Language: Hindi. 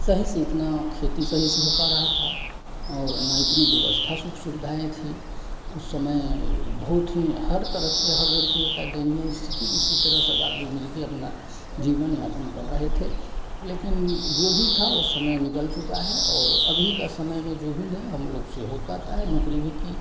न सही से इतनी खेती सही से हो पा रही थी और न ही इतनी व्यवस्था सुख सुविधाएँ थीं उस समय बहुत ही हर तरफ़ से हर व्यक्ति की दयनीय स्थिति किसी तरह सब आदमी मिलकर अपना जीवन यापन कर रहे थे लेकिन जो भी था उस समय निकल चुका है और अभी के समय में जो भी है हमलोग से हो पाता है नौकरी भी की